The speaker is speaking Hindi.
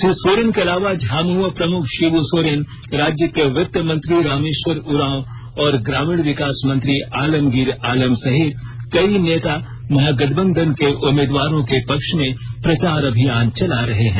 श्री सोरेन के अलावा झामुमो प्रमुख शिब् सोरेन राज्य के वित्त मंत्री रामेश्वर उरांव और ग्रामीण विकास मंत्री आलमगीर आलम सहित कई नेता महागठबंधन के उम्मीदवारों के पक्ष में प्रचार अभियान चला रहे हैं